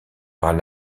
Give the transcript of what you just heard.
par